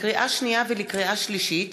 לקריאה שנייה ולקריאה שלישית: